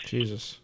Jesus